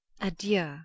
Adieu